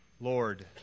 Lord